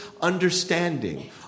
understanding